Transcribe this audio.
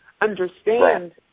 understand